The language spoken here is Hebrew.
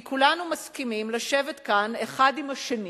כי כולנו מסכימים לשבת כאן אחד עם השני,